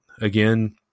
Again